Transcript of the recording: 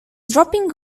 dropping